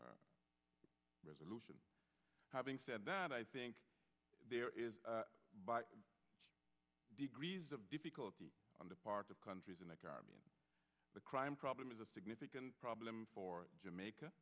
resolution having said that i think there is by degrees of difficulty on the part of countries in the caribbean the crime problem is a significant problem for jamaica